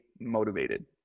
motivated